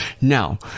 Now